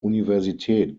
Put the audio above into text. universität